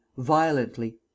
violently